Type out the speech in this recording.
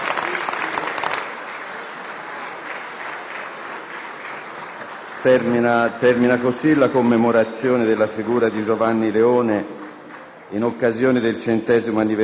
Termina così la commemorazione della figura di Giovanni Leone in occasione del centesimo anniversario della nascita.